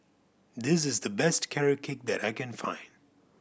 this is the best Carrot Cake that I can find